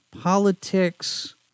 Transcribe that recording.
politics